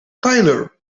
tyler